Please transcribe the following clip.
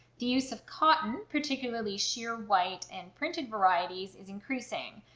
the use of cotton, particularly sheer white and printed varieties, is increasing.